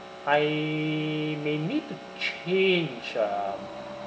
I may need to change uh